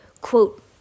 quote